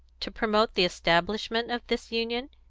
to promote the establishment of this union?